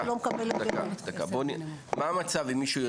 אנחנו היום נקיים דיון על פי בקשה של שני חברי כנסת מהמגזר הערבי,